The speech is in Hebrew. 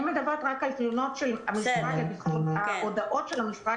אני מדברת רק על ההודעות של המשרד